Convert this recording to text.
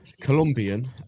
Colombian